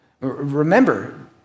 Remember